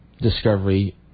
discovery